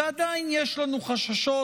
ועדיין יש לנו חששות,